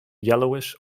yellowish